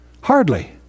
Hardly